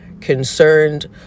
concerned